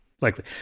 likely